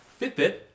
Fitbit